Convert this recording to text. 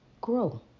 Grow